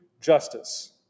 justice